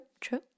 true